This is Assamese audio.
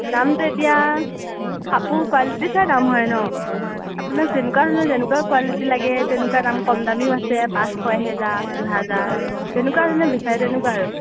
দামটো এতিয়া কাপোৰ কুৱালিটি চাই দাম হয় ন' আপোনাক যেনেকুৱা ধৰণৰ যেনেকুৱা কুৱালিটি লাগে তেনেকুৱা দাম কম দামীও আছে পাঁচশ এহেজাৰ দুই হাজাৰ যেনেকুৱা ধৰণে বিচাৰে তেনেকুৱা আৰু